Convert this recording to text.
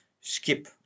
skip